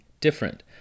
different